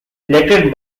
elected